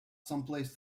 someplace